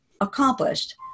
accomplished